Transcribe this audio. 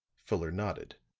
fuller nodded.